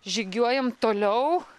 žygiuojam toliau